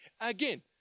again